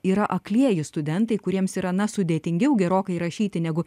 yra aklieji studentai kuriems yra na sudėtingiau gerokai rašyti negu